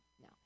no